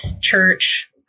church